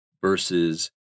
versus